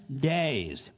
days